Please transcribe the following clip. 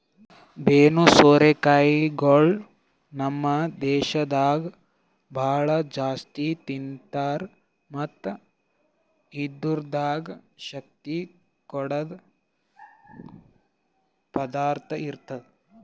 ಬೆನ್ನು ಸೋರೆ ಕಾಯಿಗೊಳ್ ನಮ್ ದೇಶದಾಗ್ ಭಾಳ ಜಾಸ್ತಿ ತಿಂತಾರ್ ಮತ್ತ್ ಇದುರ್ದಾಗ್ ಶಕ್ತಿ ಕೊಡದ್ ಪದಾರ್ಥ ಇರ್ತದ